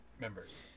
Members